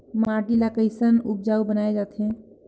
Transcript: माटी ला कैसन उपजाऊ बनाय जाथे?